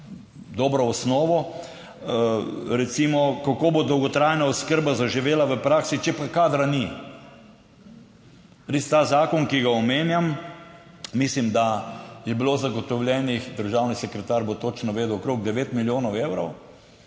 dobro osnovo. Recimo, kako bo dolgotrajna oskrba zaživela v praksi, če pa kadra ni? Res, ta zakon, ki ga omenjam, mislim da je bilo zagotovljenih - državni sekretar bo točno vedel - okrog devet milijonov evrov,